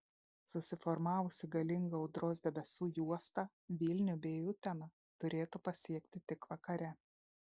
susiformavusi galinga audros debesų juosta vilnių bei uteną turėtų pasiekti tik vakare